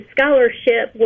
Scholarship